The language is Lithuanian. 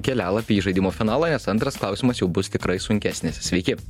kelialapį į žaidimo finalą nes antras klausimas jau bus tikrai sunkesnis sveiki